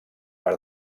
per